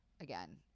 again